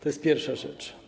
To jest pierwsza rzecz.